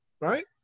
right